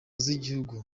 z’igihugu